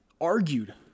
argued